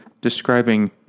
describing